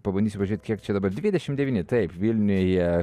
pabandysiu pažiūrėt kiek čia dabar dvidešimt devyni taip vilniuje